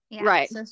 right